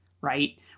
right